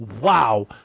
wow